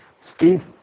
Steve